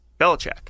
Belichick